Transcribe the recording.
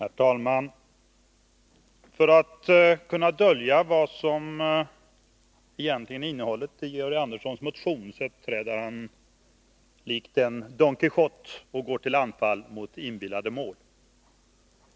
Herr talman! För att kunna dölja vad som egentligen är innehållet i Georg Anderssons motion uppträder han likt en Don Quijote och går till anfall mot inbillade mål.